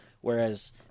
whereas